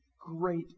great